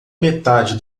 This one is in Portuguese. metade